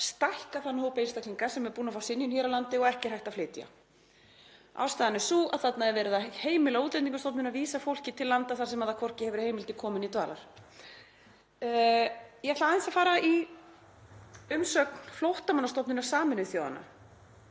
stækka þann hóp einstaklinga sem er búinn að fá synjun hér á landi og ekki er hægt að flytja. Ástæðan er sú að þarna er verið að heimila Útlendingastofnun að vísa fólki til landa þar sem það hefur hvorki heimild til komu eða dvalar. Ég ætla aðeins að fara í umsögn Flóttamannastofnunar Sameinuðu þjóðanna